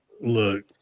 Look